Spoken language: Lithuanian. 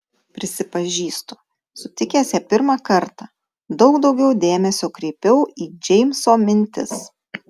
prisipažįstu sutikęs ją pirmą kartą daug daugiau dėmesio kreipiau į džeimso mintis